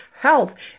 Health